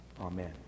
Amen